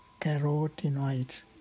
carotenoids